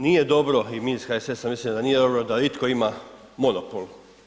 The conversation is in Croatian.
Nije dobro i mi iz HSS-a mislimo da nije dobro da itko ima monopol.